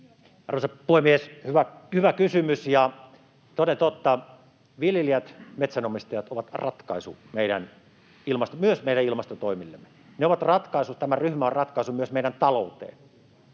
Arvoisa puhemies! Hyvä kysymys, ja toden totta, viljelijät ja metsänomistajat ovat ratkaisu myös meidän ilmastotoimillemme. He ovat ratkaisu, tämä ryhmä on ratkaisu, myös meidän talouteemme.